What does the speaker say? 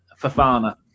Fafana